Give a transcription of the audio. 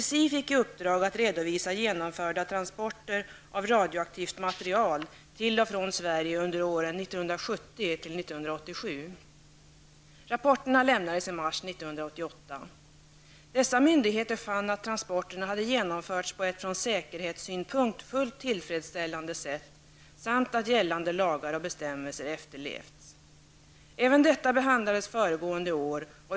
SSI fick i uppdrag att redovisa genomförda transporter av radioaktivt material till och från Sverige under åren 1970--1987. Rapporterna lämnades i mars 1988. Dessa myndigheter fann att transporterna hade genomförts på ett från säkerhetssynpunkt fullt tillfredsställande sätt samt att gällande lagar och bestämmelser efterlevts. Även detta behandlades föregående år.